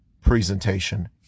presentation